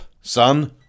son